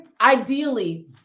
ideally